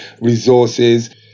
resources